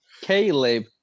Caleb